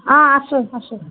অঁ আছোঁ আছোঁ